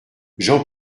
jean